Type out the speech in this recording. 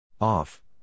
Off